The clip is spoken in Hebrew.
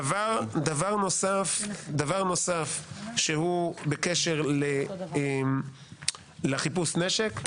דבר נוסף שהוא בקשר לחיפוש נשק,